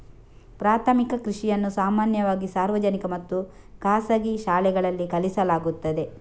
ಪ್ರಾಥಮಿಕ ಕೃಷಿಯನ್ನು ಸಾಮಾನ್ಯವಾಗಿ ಸಾರ್ವಜನಿಕ ಮತ್ತು ಖಾಸಗಿ ಶಾಲೆಗಳಲ್ಲಿ ಕಲಿಸಲಾಗುತ್ತದೆ